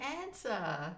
answer